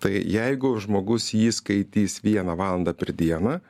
tai jeigu žmogus jį skaitys vieną valandą per dieną